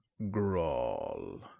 Grawl